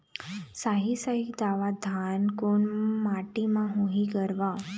साही शाही दावत धान कोन माटी म होही गरवा?